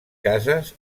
cases